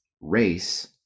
race